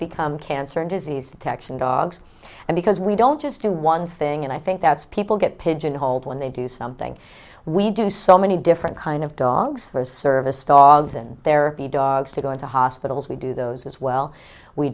become cancer and disease detection dogs and because we don't just do one thing and i think that's people get pigeonholed when they do something we do so many different kind of dogs for service dogs and their dogs to go into hospitals we do those as well we